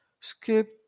Skip